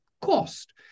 cost